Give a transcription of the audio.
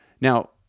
Now